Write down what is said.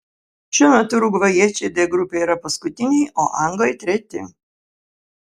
šiuo metu urugvajiečiai d grupėje yra paskutiniai o anglai treti